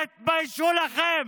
תתביישו לכם.